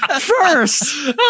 First